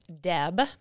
Deb